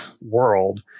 world